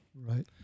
Right